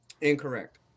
Incorrect